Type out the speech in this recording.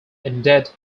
ended